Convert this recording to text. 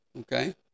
Okay